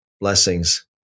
Blessings